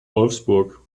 wolfsburg